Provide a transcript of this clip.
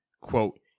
quote